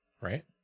Right